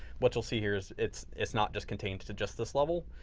what you'll see here is it's it's not just contained to to just this level,